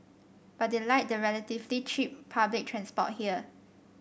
but they like the relatively cheap public transport here